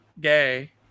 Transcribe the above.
gay